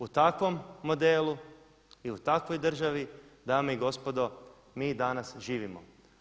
U takvom modelu i u takvoj državi dame i gospodo mi danas živimo.